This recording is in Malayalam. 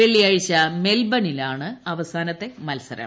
വെള്ളിയാഴ്ച മെൽബനിലാണ് അവസാനത്തെ മത്സരം